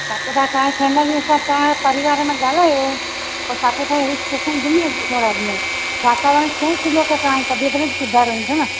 अच्छा त तहांजी फ़ैमलीअ सां तहां परिवार में ॻाल्हायो पो सातपुड़ा हिल स्टेशन घुमी अचो थोड़ा ॾींअं वातावरण चेंज थींदो तहांजी तबियत बि सुधार ईंदो न